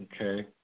okay